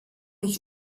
ich